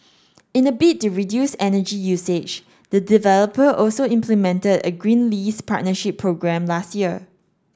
in a bid to reduce energy usage the developer also implemented a green lease partnership programme last year